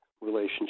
relationship